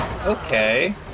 Okay